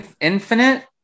infinite